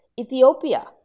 Ethiopia